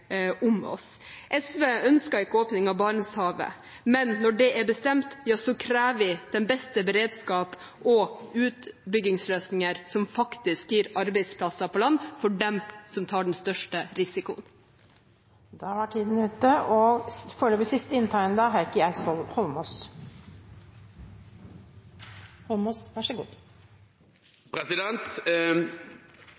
åpning av Barentshavet, men når det er bestemt, krever vi den beste beredskap og utbyggingsløsninger som faktisk gir arbeidsplasser på land for dem som tar den største